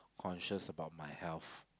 conscious about my health